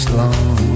long